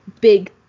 big